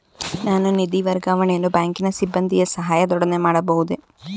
ನಾನು ನಿಧಿ ವರ್ಗಾವಣೆಯನ್ನು ಬ್ಯಾಂಕಿನ ಸಿಬ್ಬಂದಿಯ ಸಹಾಯದೊಡನೆ ಮಾಡಬಹುದೇ?